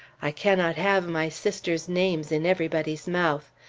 i cannot have my sisters' names in everybody's mouth.